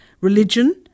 religion